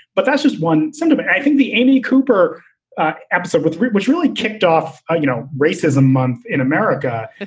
but that's just one side of it. i think the amy cooper episode with which really kicked off, you know, racism month in america,